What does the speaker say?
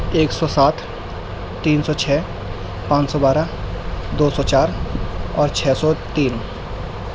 ایک سو سات تین سو چھ پانچ سو بارہ دو سو چار اور چھ سو تین